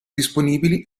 disponibili